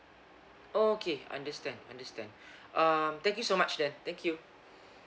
okay understand understand um thank you so much then thank you